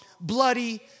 Bloody